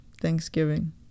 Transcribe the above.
thanksgiving